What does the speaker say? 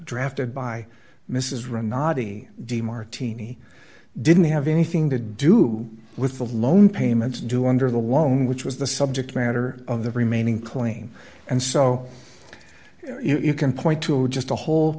drafted by mrs rowe nadi de martini didn't have anything to do with the loan payments due under the loan which was the subject matter of the remaining claim and so you know you can point to just a whole